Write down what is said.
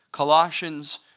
Colossians